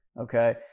Okay